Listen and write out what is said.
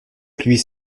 pluies